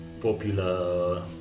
popular